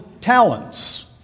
talents